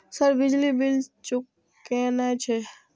Sir बिजली bill चूकेना छे?